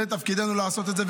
זה תפקידנו לעשות את זה,